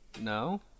No